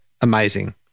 amazing